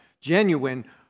genuine